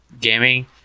Gaming